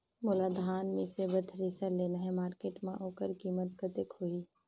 मोला धान मिसे बर थ्रेसर लेना हे मार्केट मां होकर कीमत कतेक होही?